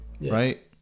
right